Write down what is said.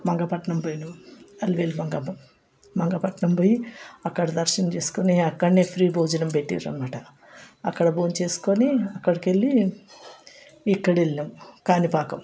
మంగపట్నం పోయినాం అలివేలు మంగమ్మ మంగపట్నం పోయి అక్కడ దర్శనం చేసుకుని అక్కడ ఫ్రీ భోజనం పెట్టిర్రు అన్నమాట అక్కడ భోజనం చేసుకోని అక్కడికి వెళ్ళి ఇక్కడ వెళ్ళినాం కాణిపాకం